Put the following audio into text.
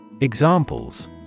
Examples